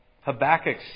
Habakkuk